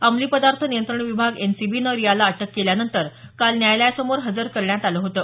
अंमली पदार्थ नियंत्रण विभाग एनसीबीनं रियाला अटक केल्यानंतर काल न्यायालयासमोर हजर करण्यात आलं होतं